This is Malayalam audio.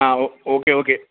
ആ ഓക്കെ ഓക്കെ